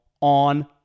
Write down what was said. on